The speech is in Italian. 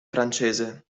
francese